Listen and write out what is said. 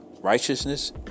righteousness